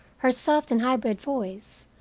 her soft and highbred voice?